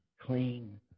clean